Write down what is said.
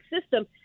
system